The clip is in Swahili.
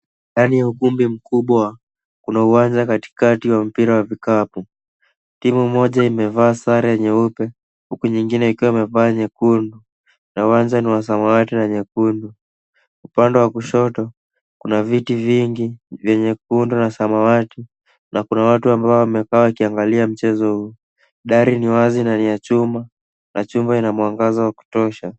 Ndani ya ukumbi mkubwa kuna uwanja katikati wa mpira wa vikapu. Timu moja imevaa sare nyeupe huku nyingine ikiwa imevaa nyekundu na uwanja ni wa samawati na nyekundu. Upande wa kushoto kuna viti vingi vye nyekundu na samawati na kuna watu ambao wamekaa wakiangalia mchezo huu. Dari ni wazi na ni ya chuma na chumba ina mwangaza wa kutosha.